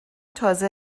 تازه